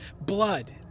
blood